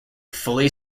fully